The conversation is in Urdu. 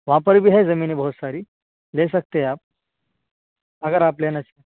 وہاں پر بھی ہے زمینیں بہت ساری لے سکتے ہیں آپ اگر آپ لینا چا